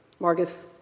Margus